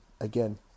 Again